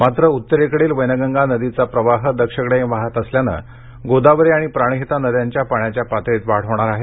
मात्र उत्तरेकडील वैनगंगा नदीचा प्रवाह दक्षिणेकडे वाहत असल्यानं गोदावरी आणि प्राणहिता नद्यांच्या पाण्याच्या पातळीत वाढ होणार आहे